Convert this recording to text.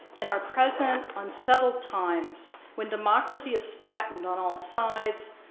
in our present, unsettled times, when democracy is threatened on all sides,